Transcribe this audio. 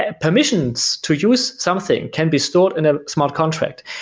ah permissions to use something, can be stored in a smart contract.